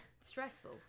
Stressful